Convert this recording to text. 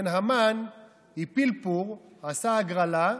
המן הפיל פור, עשה הגרלה,